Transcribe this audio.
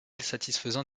satisfaisant